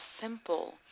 simple